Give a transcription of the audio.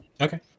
Okay